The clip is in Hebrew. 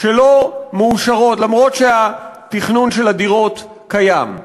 שלא מאושרות, גם אם התכנון של הדירות קיים.